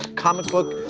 comic book,